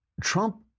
Trump